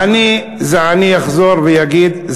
אני אחזור ואגיד,